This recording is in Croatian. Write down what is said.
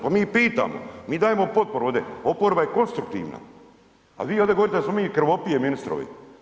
Pa mi pitamo, mi dajemo potporu ovdje, oporba je konstruktivna, a vi ovdje govorite da smo mi krvopije ministrovi.